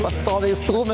pastoviai stūmia